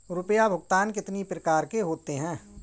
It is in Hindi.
रुपया भुगतान कितनी प्रकार के होते हैं?